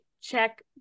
check